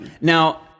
Now